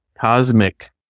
cosmic